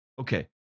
Okay